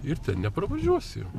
ir nepravažiuosi jau